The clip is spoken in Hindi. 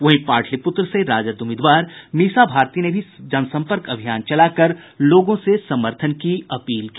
वहीं पाटिलपुत्र से राजद उम्मीदवार मीसा भारती ने भी जनसंपर्क अभियान चलाकर लोगों से समर्थन की अपील की